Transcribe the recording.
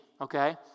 okay